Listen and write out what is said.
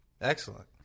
Excellent